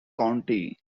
county